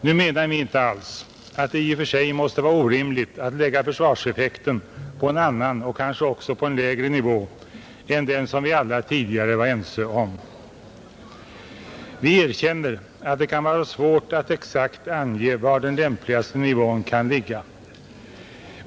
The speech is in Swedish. Nu menar vi inte alls att det i och för sig måste vara orimligt att lägga försvarseffekten på en annan och kanske också på en lägre nivå än den som vi alla tidigare var ense om. Vi erkänner att det kan vara svårt att exakt ange var den lämpligaste nivån kan ligga.